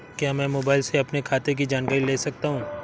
क्या मैं मोबाइल से अपने खाते की जानकारी ले सकता हूँ?